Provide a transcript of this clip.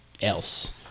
else